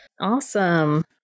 Awesome